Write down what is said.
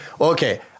Okay